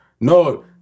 No